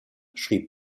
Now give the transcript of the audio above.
schrieb